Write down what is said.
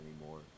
anymore